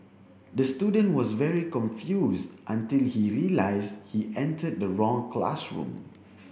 the student was very confused until he realised he entered the wrong classroom